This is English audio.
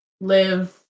live